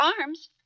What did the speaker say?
Arms